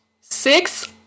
Six